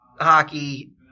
hockey